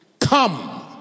Come